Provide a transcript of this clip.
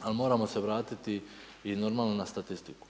ali moramo se vratiti i normalno na statistiku.